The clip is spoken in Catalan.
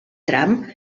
tram